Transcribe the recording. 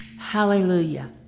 Hallelujah